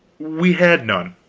we had none,